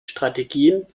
strategien